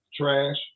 Trash